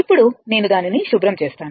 ఇప్పుడు నేను దానిని శుభ్రం చేస్తాను